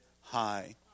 high